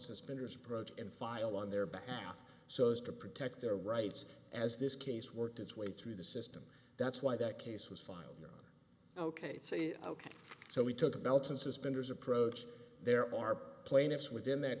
suspenders approach and file on their behalf so as to protect their rights as this case worked its way through the system that's why that case was filed ok so you ok so we took a belt and suspenders approach there are plaintiffs within that